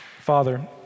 Father